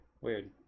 Weird